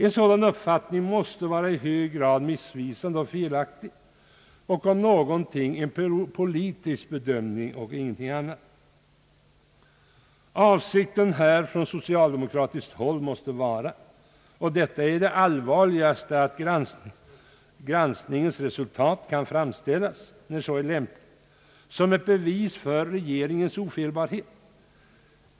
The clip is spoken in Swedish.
En sådan uppfattning måste vara i hög grad missvisande och felaktig och om någonting en politisk bedömning och ingenting annat. Avsikten här från socialdemokratiskt håll måste vara — och detta är det allvarligaste — att granskningens resultat när så är lämpligt kan framställas som ett bevis för regeringens ofelbarhet.